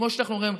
כמו שאנחנו רואים.